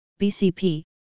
BCP